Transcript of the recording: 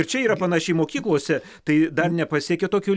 ir čia yra panašiai mokyklose tai dar nepasiekė tokio